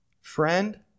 friend